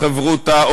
"חברותא",